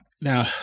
Now